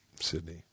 Sydney